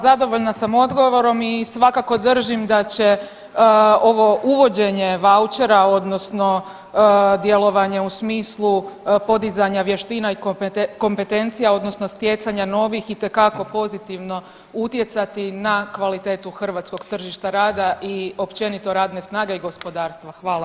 Zadovoljna sam odgovorom i svakako držim da će ovo uvođenje vaučera odnosno djelovanje u smislu podizanja vještina i kompetencija odnosno stjecanja novih itekako pozitivno utjecati na kvalitetu hrvatskog tržišta rada i općenito radne snage i gospodarstva.